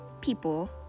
People